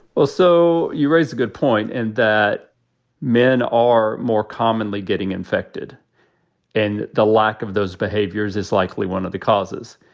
well, so you raise a good point and that men are more commonly getting infected and the lack of those behaviors is likely one of the causes.